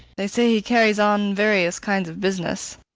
they say he carries on various kinds of business.